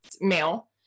Male